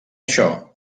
això